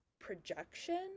projection